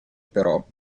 però